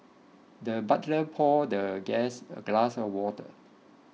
the butler poured the guest a glass of water